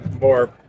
more